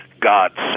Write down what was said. God